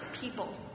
people